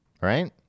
right